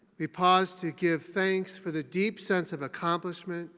we pause to give thanks for the deep sense of accomplishment,